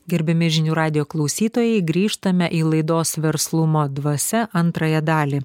gerbiami žinių radijo klausytojai grįžtame į laidos verslumo dvasia antrąją dalį